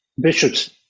bishops